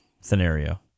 scenario